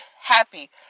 happy